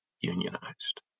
unionized